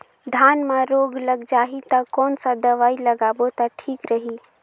धान म रोग लग जाही ता कोन सा दवाई लगाबो ता ठीक रही?